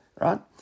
right